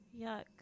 Yuck